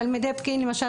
תלמידי פקיעין למשל,